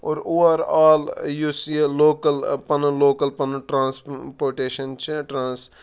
اور اُوَر آل یُس یہِ لوکَل پَنُن لوکَل پَنُن ٹرٛانسپوٹیشَن چھِ ٹرٛانٕس